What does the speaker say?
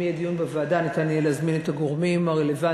אם יהיה דיון בוועדה ניתן יהיה להזמין את הגורמים הרלוונטיים.